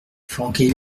flanquez